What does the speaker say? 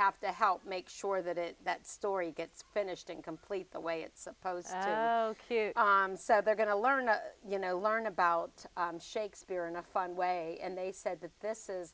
have to help make sure that it that story gets finished and complete the way it's supposed to so they're going to learn to you know learn about shakespeare in a fun way and they said that this is